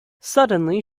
suddenly